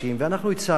ואנחנו הצענו,